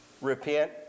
repent